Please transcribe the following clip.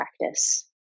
practice